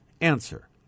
Answer